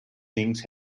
things